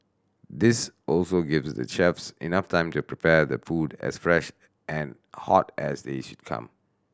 this also gives the chefs enough time to prepare the food as fresh and hot as they should come